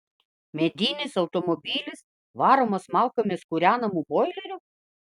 medinis automobilis varomas malkomis kūrenamu boileriu